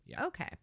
Okay